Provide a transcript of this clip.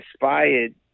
inspired